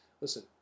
listen